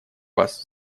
вас